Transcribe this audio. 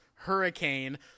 hurricane